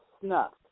snuffed